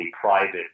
private